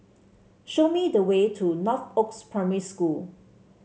show me the way to Northoaks Primary School